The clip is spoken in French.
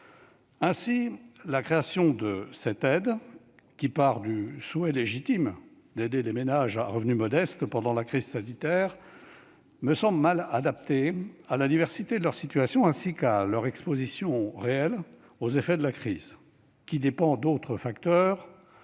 dont la création repose sur le souhait légitime d'aider les ménages à revenus modestes pendant la crise sanitaire, me semble mal adaptée à la diversité de leur situation, ainsi qu'à leur exposition réelle aux effets de la crise, qui dépend d'autres facteurs,